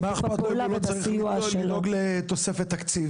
מה זה אכפת לו אם הוא לא צריך לדאוג לתוספת תקציב?